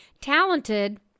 talented